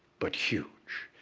but huge.